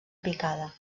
picada